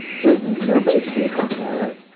so, you're basically a trump guy, right?